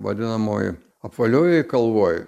vadinamoj apvaliojoj kalvoj